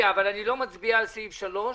אני רוצה לומר את דעתי איך המנגנון צריך להיות כאן.